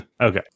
Okay